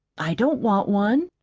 i don't want one.